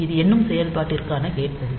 இது எண்ணும் செயல்பாட்டிற்கான கேட் பகுதி